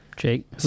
Jake